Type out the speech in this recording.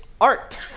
art